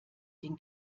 den